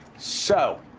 so,